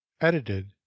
edited